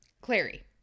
Clary